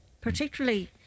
Particularly